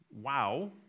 wow